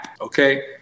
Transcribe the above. okay